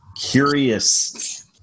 curious